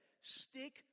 stick